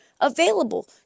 available